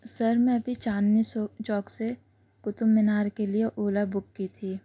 سر میں ابھی چاندنی سوک چوک سے قطب مینار کے لیے اولا بک کی تھی